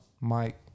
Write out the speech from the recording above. Mike